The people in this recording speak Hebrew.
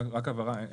רק הבהרה,